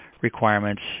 requirements